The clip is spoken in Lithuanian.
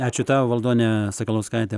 ačiū tau valdone sakalauskaite